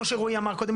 כמו שרואי אמר קודם,